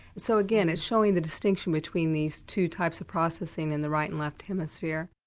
so again it's showing the distinction between these two types of processing in the right and left hemisphere.